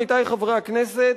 עמיתי חברי הכנסת,